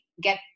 get